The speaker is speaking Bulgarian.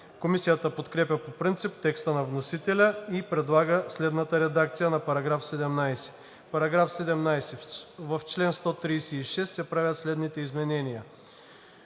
Комисията подкрепя по принцип текста на вносителя и предлага следната редакция на § 17: „§ 17. В чл. 136 се правят следните изменения: